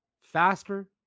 faster